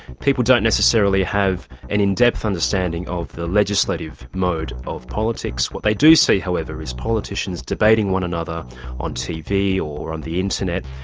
people don't necessarily have an in-depth understanding of the legislative mode of politics. what they do see however is politicians debating one another on tv or on the internet,